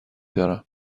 دارم